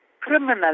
criminal